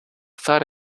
thought